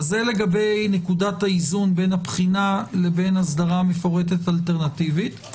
זה לגבי נקודת האיזון בין הבחינה לבין האסדרה המפורטת אלטרנטיבית.